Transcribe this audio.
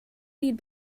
need